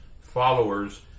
followers